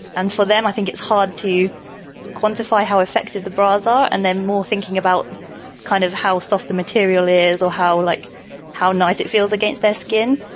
and for them, i think it's hard to quantify how effective the browser and then more thinking about kind of how soft the material is or how like how nice it feels against their skin,